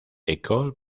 école